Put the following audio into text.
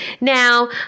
Now